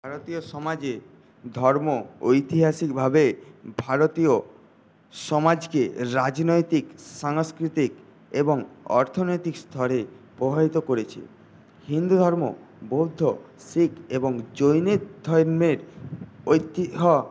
ভারতীয় সমাজে ধর্ম ঐতিহাসিকভাবে ভারতীয় সমাজকে রাজনৈতিক সাংস্কৃতিক এবং অর্থনৈতিক স্তরে প্রভাবিত করেছে হিন্দুধর্ম বৌদ্ধ শিখ এবং জৈন ধর্মের ঐতিহ্য